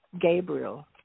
Gabriel